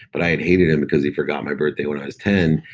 but i had hated him because he forgot my birthday when i was ten.